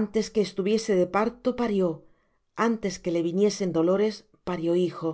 antes que estuviese de parto parió antes que le viniesen dolores parió hijo